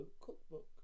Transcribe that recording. cookbook